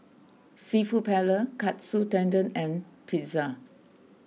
Seafood Paella Katsu Tendon and Pizza